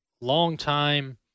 longtime